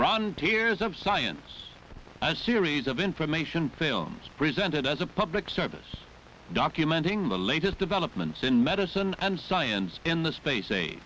frond tiers of science a series of information films presented as a public service documenting the latest developments in medicine and science in the space age